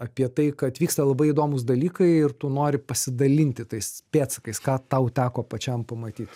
apie tai kad vyksta labai įdomūs dalykai ir tu nori pasidalinti tais pėdsakais ką tau teko pačiam pamatyt